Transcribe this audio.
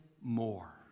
more